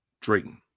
Drayton